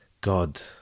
God